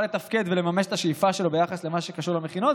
לתפקד ולממש את השאיפה שלו ביחס למה שקשור למכינות,